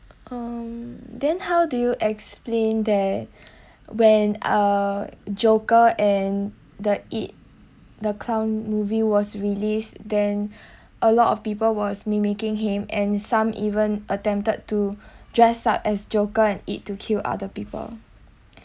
um then how do you explain there when a joker and the I_T the clown movie was released then a lot of people was mimicking him and some even attempted to dress up as joker at I_T to kill other people